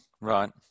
Right